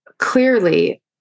Clearly